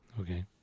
Okay